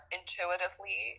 intuitively